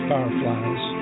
Fireflies